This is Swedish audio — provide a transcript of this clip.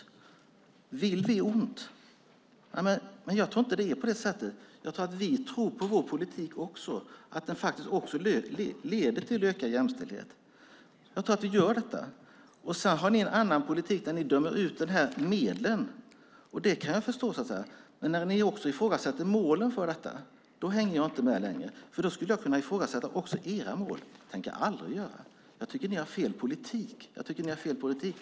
Jag tror inte att det är på det sättet. Vi tror också på vår politik och att den faktiskt leder till ökad jämställdhet. Jag tror att vi gör detta. Ni har en annan politik, där ni dömer ut medlen. Det kan jag förstå. Men när ni också ifrågasätter målen hänger jag inte med längre. Då skulle jag kunna ifrågasätta era mål, och det tänker jag aldrig göra. Jag tycker att ni har fel politik.